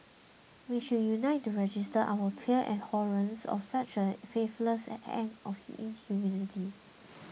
we should unite to register our clear abhorrence of such a faithless act of inhumanity